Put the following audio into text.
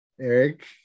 Eric